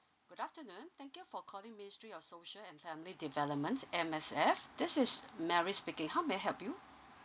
good afternoon thank you for calling ministry of social and family developments M_S_F this is mary speaking how may I help you